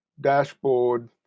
dashboard